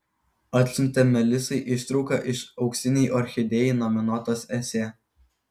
atsiuntė melisai ištrauką iš auksinei orchidėjai nominuotos esė